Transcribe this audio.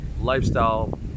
lifestyle